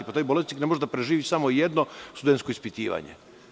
Pa, taj bolesnik ne može da preživi samo jedno studensko ispitivanje.